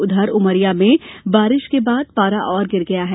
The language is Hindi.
उधर उमरिया में बारिश के बाद पारा और गिर गया है